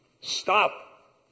stop